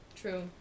True